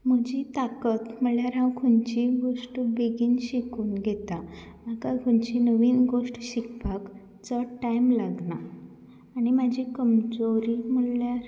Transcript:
म्हजी ताकद म्हणल्यार हांव खंयचीय गोश्ट बेगीन शिकून घेता म्हाका खंयचीय नवीन गोश्ट शिकपाक चड टायम लागना आनी म्हाजी कमजोरी म्हणल्यार